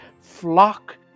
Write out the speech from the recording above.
flock